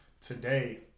today